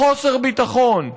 בחוסר ביטחון.